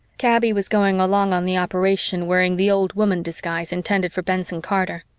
kaby was going along on the operation wearing the old-woman disguise intended for benson-carter.